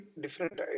different